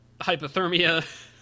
hypothermia